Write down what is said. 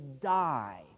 die